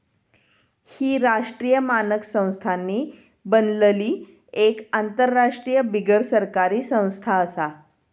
ही राष्ट्रीय मानक संस्थांनी बनलली एक आंतरराष्ट्रीय बिगरसरकारी संस्था आसा